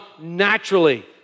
naturally